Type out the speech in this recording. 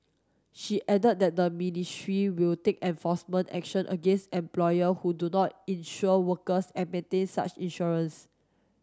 she added that the ministry will take enforcement action against employer who do not insure workers and maintain such insurance